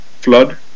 Flood